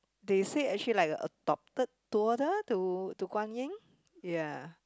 they said actually like adopted daughter to to Guan-Yin ya